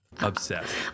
Obsessed